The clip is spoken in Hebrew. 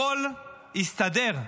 הכול יסתדר,